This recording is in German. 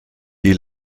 die